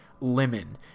lemon